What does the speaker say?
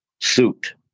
suit